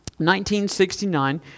1969